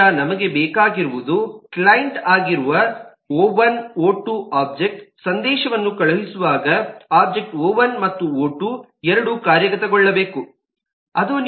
ಆದ್ದರಿಂದ ನಮಗೆ ಬೇಕಾಗಿರುವುದು ಕ್ಲೈಂಟ್ ಆಗಿರುವ ಒಬ್ಜೆಕ್ಟ್ ಒ1 ಒ2 ಒಬ್ಜೆಕ್ಟ್ ಸಂದೇಶವನ್ನು ಕಳುಹಿಸುವಾಗ ಒಬ್ಜೆಕ್ಟ್ ಒ1 ಮತ್ತು ಒ2 ಎರಡೂ ಕಾರ್ಯಗತಗೊಳ್ಳಬೇಕು